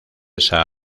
esta